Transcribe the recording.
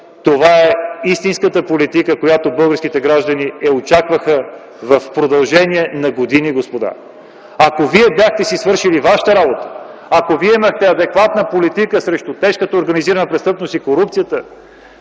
това е истинската политика, която очакваха българските граждани в продължение на години, господа! Ако вие бяхте свършили вашата работа, ако имахте адекватна политика срещу тежката организирана престъпност и корупцията,